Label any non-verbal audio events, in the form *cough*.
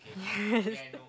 *laughs* yes